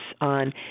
on